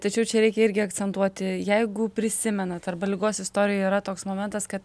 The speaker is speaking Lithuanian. tačiau čia reikia irgi akcentuoti jeigu prisimenat arba ligos istorijoje yra toks momentas kad